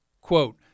Quote